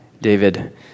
David